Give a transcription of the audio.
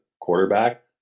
quarterback